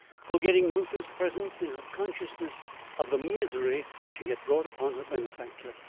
forgetting reuther's presence in her consciousness of the misery she had brought upon her benefactor.